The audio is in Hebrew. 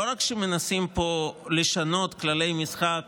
לא רק שמנסים פה לשנות כללי משחק